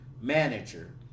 manager